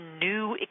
new